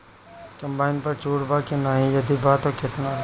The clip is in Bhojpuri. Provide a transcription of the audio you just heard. कम्बाइन पर छूट बा की नाहीं यदि बा त केतना?